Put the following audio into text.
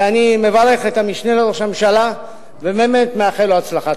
ואני מברך את המשנה לראש הממשלה ובאמת מאחל לו הצלחה.